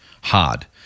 hard